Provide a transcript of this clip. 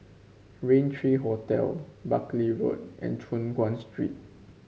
Raintr Hotel Buckley Road and Choon Guan Street